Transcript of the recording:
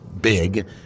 big